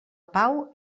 pau